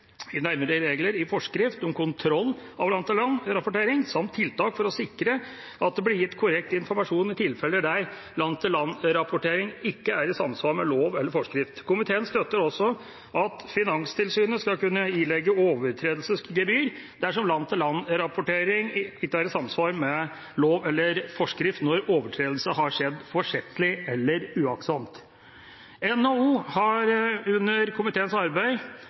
nærmere regler i forskrift om kontroll av land-for-land-rapportering samt tiltak for å sikre at det blir gitt korrekt informasjon i tilfeller der land-for-land-rapportering ikke er i samsvar med lov eller forskrift. Komiteen støtter også at Finanstilsynet skal kunne ilegge overtredelsesgebyr dersom land-for-land-rapporteringen ikke er i samsvar med lov eller forskrift når overtredelse har skjedd forsettlig eller uaktsomt. NHO har under komiteens arbeid